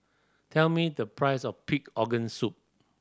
tell me the price of pig organ soup